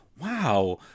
wow